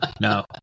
no